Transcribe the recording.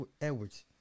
Edwards